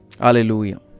Hallelujah